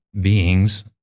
beings